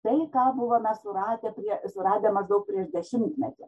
tai ką buvome suradę prie suradę maždaug prieš dešimtmetį